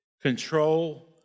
control